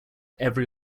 every